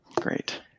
Great